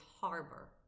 harbor